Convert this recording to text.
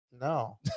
No